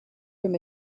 from